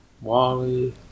wally